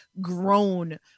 grown